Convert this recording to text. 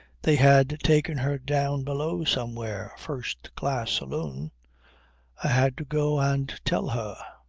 they had taken her down below somewhere, first-class saloon. i had to go and tell her!